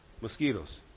Mosquitoes